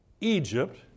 Egypt